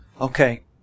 Okay